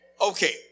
Okay